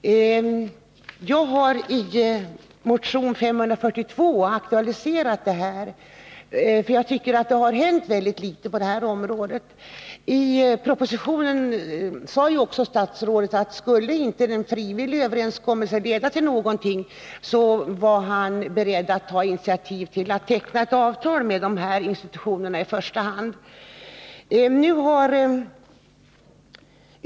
Jag har i motion 542 aktualiserat frågan, för jag tycker att det har hänt ytterst litet på det här området. I propositionen uttalade statsrådet att om en frivillig överenskommelse inte skulle leda till något resultat, var han beredd att ta initiativ till att avtal tecknades med i första hand de nämnda institutionerna.